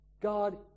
God